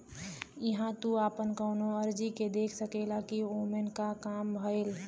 इहां तू आपन कउनो अर्जी के देख सकेला कि ओमन क काम भयल